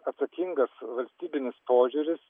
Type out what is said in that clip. atsakingas valstybinis požiūris